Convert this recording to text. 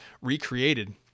recreated